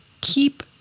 keep